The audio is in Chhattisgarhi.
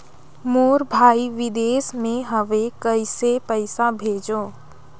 मोर भाई विदेश मे हवे कइसे पईसा भेजो?